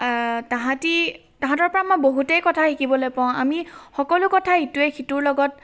তাহাঁতি তাহাঁতৰ পৰা মই বহুতে কথা শিকিবলৈ পাওঁ আমি সকলো কথা ইটোৱে সিটোৰ লগত